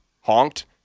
honked